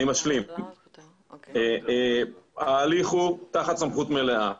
אני משלים, ההליך הוא תחת סמכות מלאה.